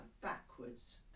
backwards